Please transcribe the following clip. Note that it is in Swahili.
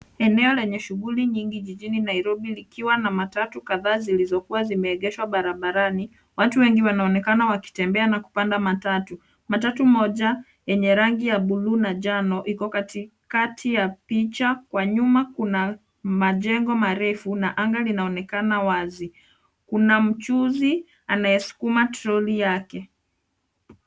Eneo lenye shughuli nyingi jijini Nairobi likiwa na matatu kadhaa zilizokuwa zimeegeshwa barabarani. Watu wengi wanaonekana wakitembea na kupanda matatu. Matatu moja yenye rangi ya bluu na njano iko katikati ya picha. Kwa nyuma kuna majengo marefu na anga linaonekana wazi. Kuna mchuuzi anayesukuma troli yake.